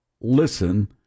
listen